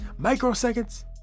microseconds